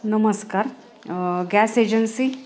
नमस्कार gas agency